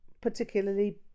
particularly